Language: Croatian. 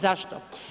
Zašto?